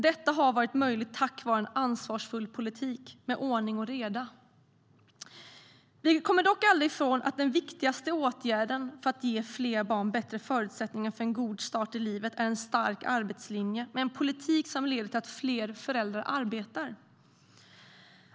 Detta har varit möjligt tack vare en ansvarsfull politik med ordning och reda. Vi kommer dock aldrig ifrån att den viktigaste åtgärden för att ge fler barn bättre förutsättningar för en god start i livet är en stark arbetslinje med en politik som leder till att fler föräldrar arbetar.